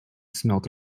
smelt